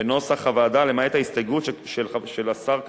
בנוסח הוועדה, למעט ההסתייגות של השר כחלון,